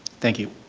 thank you.